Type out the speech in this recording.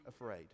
afraid